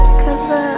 cause